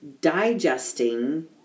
digesting